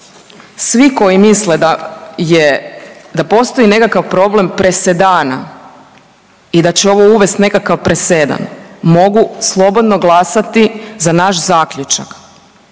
svi koji misle da je da postoji nekakav problem presedana i da će ovo uvest nekakav presedan mogu slobodno glasati za naš zaključak